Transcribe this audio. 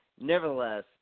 nevertheless